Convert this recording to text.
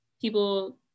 people